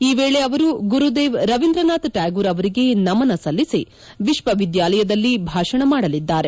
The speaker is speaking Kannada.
ಈ ವೇಳೆ ಅವರು ಗುರುದೇವ್ ರವೀಂದ್ರನಾಥ್ ಟ್ಲಾಗೋರ್ ಅವರಿಗೆ ನಮನ ಸಲ್ಲಿಸಿ ವಿಶ್ವವಿದ್ಯಾಲಯದಲ್ಲಿ ಭಾಷಣ ಮಾಡಲಿದ್ದಾರೆ